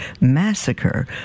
massacre